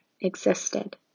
existed